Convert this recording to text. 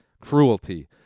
cruelty